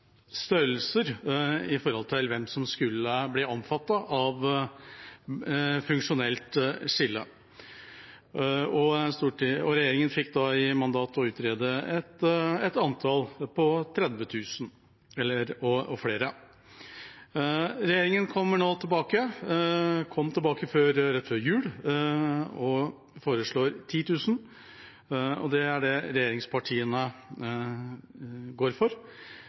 størrelser og hvem som skulle bli omfattet av et funksjonelt skille. Regjeringen fikk da i mandat å utrede et antall på 30 000 og flere. Regjeringen kommer nå tilbake – eller kom tilbake rett før jul – og foreslår 10 000. Det er det regjeringspartiene går for.